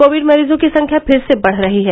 Covid मरीजों की संख्या फिर से बढ़ रही है